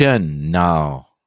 Now